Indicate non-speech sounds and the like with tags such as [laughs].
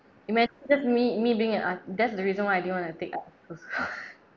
it may just me me being an artist that's the reason why I didn't want to take art [laughs]